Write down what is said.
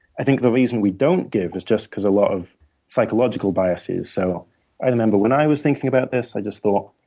i think the reason we don't give is just because a lot of psychological biases. so i remember when i was thinking about this, i just thought,